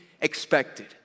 expected